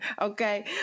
okay